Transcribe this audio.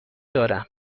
دارم